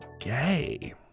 Gay